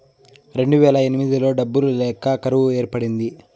రెండువేల ఎనిమిదిలో డబ్బులు లేక కరువు ఏర్పడింది